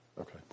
Okay